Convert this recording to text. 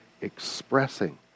expressing